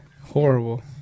horrible